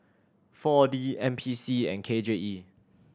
Four D N P C and K J E